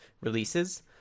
releases